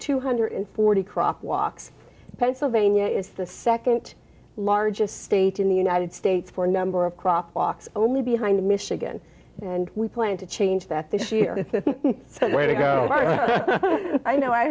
two hundred forty croc walks in pennsylvania it's the second largest state in the united states for a number of crosswalks only behind michigan and we plan to change that this year i know i